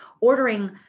ordering